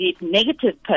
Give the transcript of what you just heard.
negative